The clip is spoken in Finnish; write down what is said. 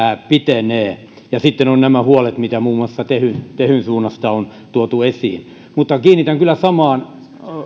pitenee sitten ovat nämä huolet mitä muun muassa tehyn tehyn suunnasta on tuotu esiin mutta kiinnitän kyllä samaan